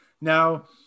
Now